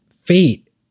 Fate